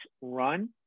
Run